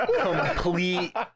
complete